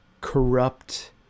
corrupt